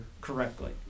correctly